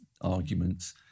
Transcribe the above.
arguments